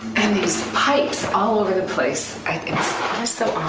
and these pipes all over the place, that's so